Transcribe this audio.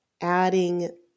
adding